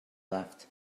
left